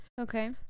Okay